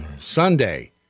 Sunday